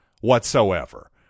whatsoever